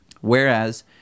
Whereas